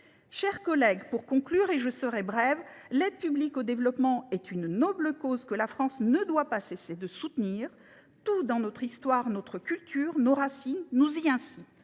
de grandeur. Pour conclure, l’aide publique au développement est une noble cause que la France ne doit pas cesser de soutenir. Tout, dans notre histoire, notre culture et nos racines, nous y incite.